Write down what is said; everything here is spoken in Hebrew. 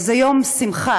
זה יום שמחה.